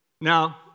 Now